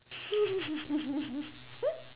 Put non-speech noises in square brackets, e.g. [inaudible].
[laughs]